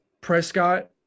Prescott